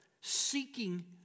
Seeking